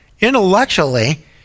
Intellectually